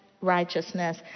righteousness